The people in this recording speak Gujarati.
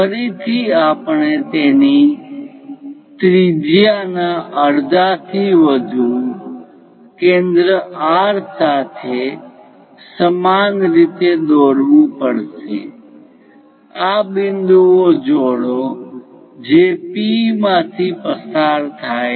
ફરીથી આપણે તેની ત્રિજ્યાના અડધા થી વધુ કેન્દ્ર R સાથે સમાન રીતે દોરવુ પડશે આ બિંદુઓ જોડો જે P માંથી પસાર થશે